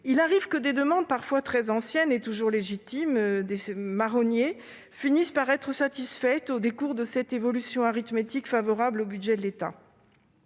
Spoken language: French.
Il arrive que des demandes, parfois très anciennes, mais toujours légitimes- des « marronniers »-, finissent par être satisfaites au détour de cette évolution arithmétique favorable au budget de l'État.